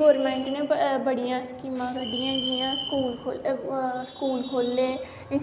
government ने बड़ियां स्कीमां कड्डियां जि'यां स्कूल खोह्ले